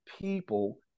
people